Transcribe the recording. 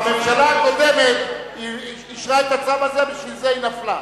הממשלה הקודמת אישרה את הצו הזה, לכן היא נפלה.